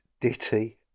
ditty